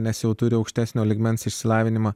nes jau turi aukštesnio lygmens išsilavinimą